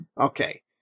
Okay